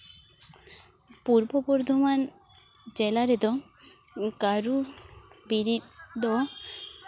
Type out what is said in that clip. ᱯᱩᱨᱵᱚ ᱵᱚᱨᱫᱷᱚᱢᱟᱱ ᱡᱮᱞᱟ ᱨᱮᱫᱚ ᱠᱟᱹᱨᱩ ᱵᱤᱨᱤᱫ ᱫᱚ